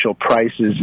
prices